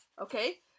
okay